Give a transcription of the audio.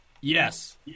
Yes